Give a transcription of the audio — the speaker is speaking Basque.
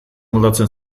moldatzen